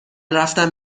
رفتم